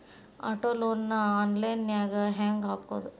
Auto loan ನ online ನ್ಯಾಗ್ ಹೆಂಗ್ ಹಾಕೊದು?